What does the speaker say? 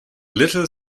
little